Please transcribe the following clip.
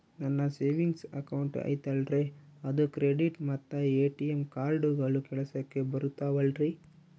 ನನ್ನ savings account ಐತಲ್ರೇ ಅದು ಕ್ರೆಡಿಟ್ ಮತ್ತ ಎ.ಟಿ.ಎಂ ಕಾರ್ಡುಗಳು ಕೆಲಸಕ್ಕೆ ಬರುತ್ತಾವಲ್ರಿ?